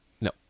No